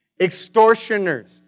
extortioners